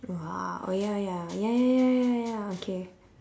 !wah! oh ya ya ya ya ya ya okay